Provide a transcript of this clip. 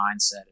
mindset